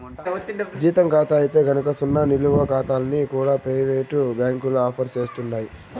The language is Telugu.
జీతం కాతా అయితే గనక సున్నా నిలవ కాతాల్ని కూడా పెయివేటు బ్యాంకులు ఆఫర్ సేస్తండాయి